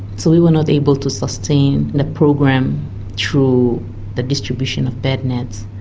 so we were not able to sustain the program through the distribution of bed nets.